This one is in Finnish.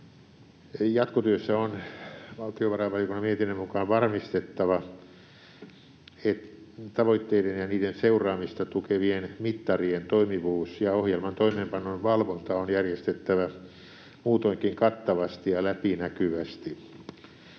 Jatkotyössä on valtiovarainvaliokunnan mietinnön mukaan varmistettava tavoitteiden ja niiden seuraamista tukevien mittarien toimivuus, ja ohjelman toimeenpanon valvonta on järjestettävä muutoinkin kattavasti ja läpinäkyvästi.